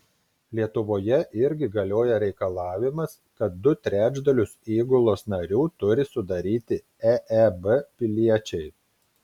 lietuvoje irgi galioja reikalavimas kad du trečdalius įgulos narių turi sudaryti eeb piliečiai